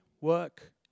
work